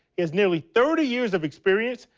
has nearly thirty years of experience,